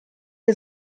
sie